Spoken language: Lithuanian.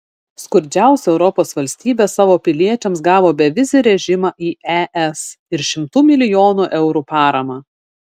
skurdžiausia europos valstybė savo piliečiams gavo bevizį režimą į es ir šimtų milijonų eurų paramą